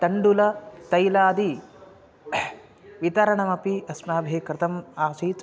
तण्डुलं तैलादीनां वितरणमपि अस्माभिः कृतम् आसीत्